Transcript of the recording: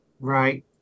Right